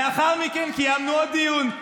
לאחר מכן קיימנו עוד דיון,